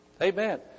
Amen